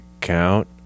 count